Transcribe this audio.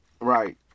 Right